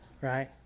Right